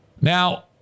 Now